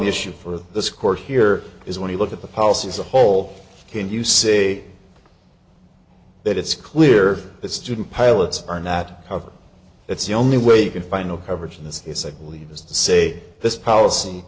me issue for this court here is when you look at the policy is a whole can you say that it's clear that student pilots are not covered it's the only way you can find no coverage in this case i believe is to say this policy